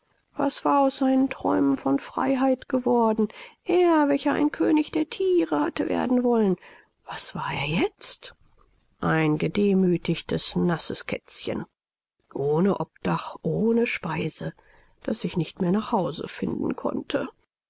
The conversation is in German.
was war aus seinen träumen von freiheit geworden er welcher ein könig der thiere hatte werden wollen was war er jetzt ein gedemüthigtes nasses kätzchen ohne obdach ohne speise das sich nicht mehr nach hause finden konnte